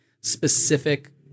specific